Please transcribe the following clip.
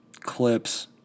Clips